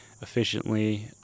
efficiently